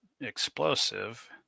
explosive